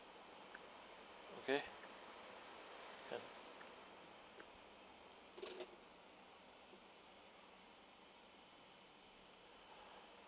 okay